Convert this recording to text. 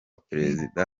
perezida